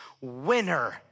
winner